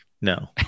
No